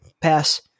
pass